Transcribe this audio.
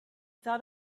thought